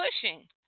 pushing